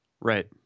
Right